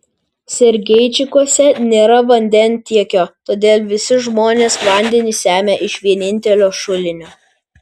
sergeičikuose nėra vandentiekio todėl visi žmonės vandenį semia iš vienintelio šulinio